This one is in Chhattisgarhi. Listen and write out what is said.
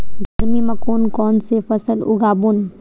गरमी मा कोन कौन से फसल उगाबोन?